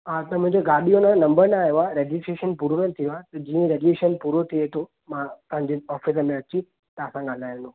हा त मुंहिंजे गाॾीअ में नंबर न आयो आहे रजिस्ट्रेशन पूरो न थियो आहे त जीअं रजिस्ट्रेशन पूरो थिए थो मां तव्हांजे ऑफ़िस में अची तव्हां सां ॻाल्हाईंदमि